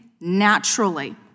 naturally